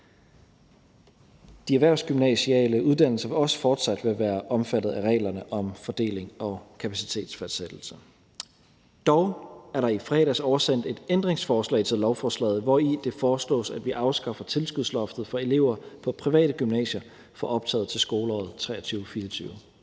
De erhvervsgymnasiale uddannelser vil også fortsat være omfattet af reglerne om fordeling og kapacitetsfastsættelser. Dog er der i fredags oversendt et ændringsforslag til lovforslaget, hvori det foreslås, at vi afskaffer tilskudsloftet for elever på private gymnasier for optaget til skoleåret 2023/24.